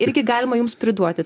irgi galima jums priduoti